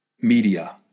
media